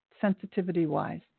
sensitivity-wise